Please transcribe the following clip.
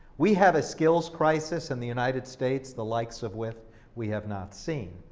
we have a skills crisis in the united states, the likes of with we have not seen.